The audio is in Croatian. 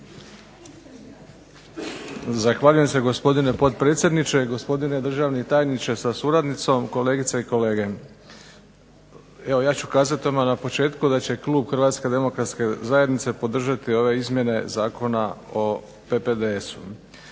Zahvaljujem se gospodine potpredsjedniče, gospodine državni tajniče sa suradnicom, kolegice i kolege. Evo ja ću kazati odmah na početku da će klub Hrvatske demokratske zajednice podržati ove izmjene Zakona o PPDS-u.